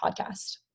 podcast